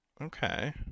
Okay